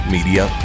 Media